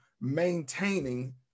maintaining